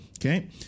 Okay